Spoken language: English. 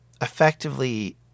effectively